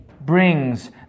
brings